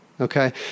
okay